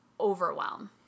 overwhelm